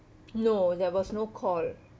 no there was no call